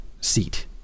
seat